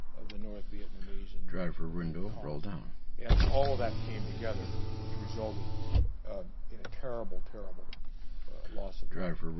of the north vietnamese and and the viet cong and all of that came together which resulted in a terrible terrible loss of life.